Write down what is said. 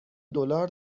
دلار